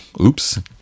oops